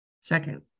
Second